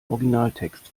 originaltext